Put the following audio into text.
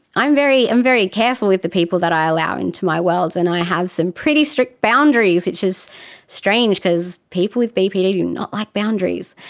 i am very am very careful with the people that i allow into my worlds and i have some pretty strict boundaries, which is strange because people with bpd do not like boundaries,